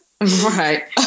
Right